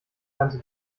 ganze